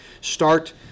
start